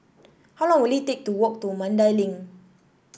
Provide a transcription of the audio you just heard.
how long will it take to walk to Mandai Link